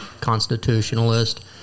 constitutionalist